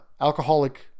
alcoholic